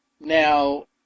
Now